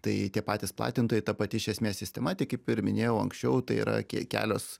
tai tie patys platintojai ta pati iš esmės sistema tik kaip ir minėjau anksčiau tai yra ki kelios